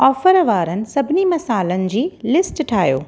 offer वारनि सभिनी मसाल्हनि जी लिस्ट ठाहियो